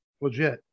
Legit